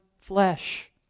flesh